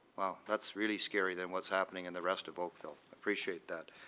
wow, that's really scary, there, what's happening in the rest of oakville. appreciate that.